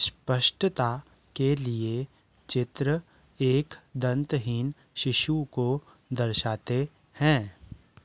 स्पष्टता के लिए चित्र एक दंतहीन शिशु को दर्शाते हैं